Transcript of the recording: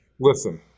listen